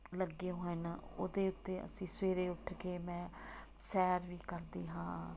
ਲੱਗੇ ਹੋਏ ਹਨ ਉਹਦੇ ਉੱਤੇ ਅਸੀਂ ਸਵੇਰੇ ਉੱਠ ਕੇ ਮੈਂ ਸੈਰ ਵੀ ਕਰਦੀ ਹਾਂ